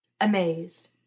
Amazed